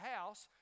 House